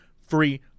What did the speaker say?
free